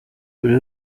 buri